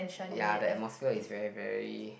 ya the atmosphere is very very